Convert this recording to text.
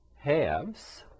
halves